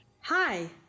Hi